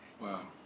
Wow